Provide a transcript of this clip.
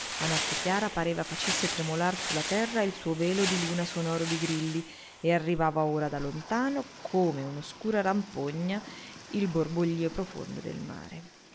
la notte chiara pareva facesse tremolar su la terra il suo velo di luna sonoro di grilli e arrivava ora da lontano come un'oscura rampogna il borboglio profondo del mare